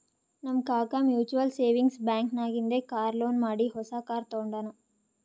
ನಮ್ ಕಾಕಾ mutual savings bank ನಾಗಿಂದೆ ಕಾರ್ ಲೋನ್ ಮಾಡಿ ಹೊಸಾ ಕಾರ್ ತಗೊಂಡಾನ್